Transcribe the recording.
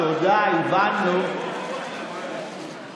תזכיר לנו את ששת המנדטים שיש לך.